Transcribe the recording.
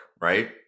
Right